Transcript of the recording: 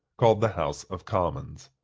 called the house of commons.